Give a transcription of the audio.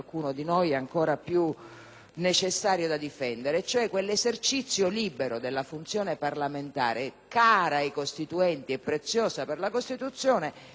necessario da difendere: quell'esercizio libero della funzione parlamentare, cara ai Costituenti e preziosa per la Costituzione, in un Paese che veniva